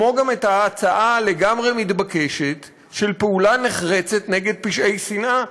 כמו הצעה לגמרי מתבקשת של פעולה נחרצת נגד פשעי שנאה.